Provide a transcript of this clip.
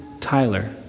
Tyler